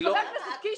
חבר הכנסת קיש,